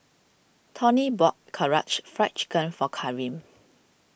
Toni bought Karaage Fried Chicken for Karim